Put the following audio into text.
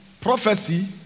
prophecy